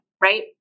right